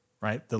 right